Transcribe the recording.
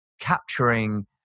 capturing